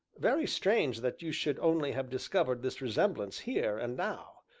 very strange that you should only have discovered this resemblance here, and now,